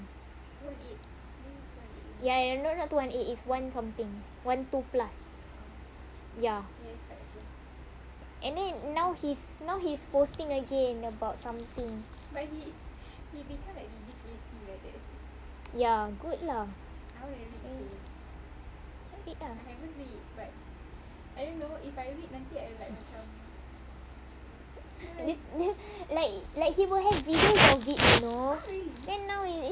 ya not not two one eight it's one something one two plus ya and then now he's now he's posting again about something ya good lah read ah dia dia like he will have videos of it you know then now it is lah